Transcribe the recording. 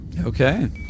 Okay